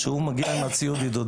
והוא מגיע עם ציוד העידוד.